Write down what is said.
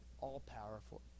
all-powerful